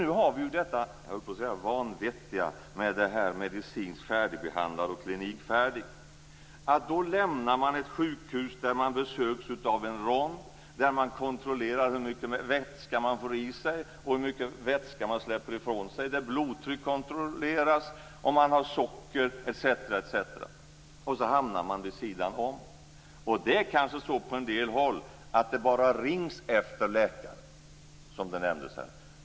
Nu har vi det - höll jag på att säga - vanvettiga begreppet medicinskt färdigbehandlad och klinikfärdig. Då lämnar man ett sjukhus där man besöks under en rond, där det kontrolleras hur mycket vätska man får i sig och hur mycket vätska man släpper ifrån sig, där blodtrycket och sockret kontrolleras etc., och så hamnar man vid sidan om. Det är kanske så på en del håll att det rings efter en läkare, som det nämndes här.